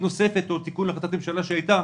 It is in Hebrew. נוספת או תיקון להחלטת ממשלה שהייתה,